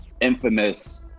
infamous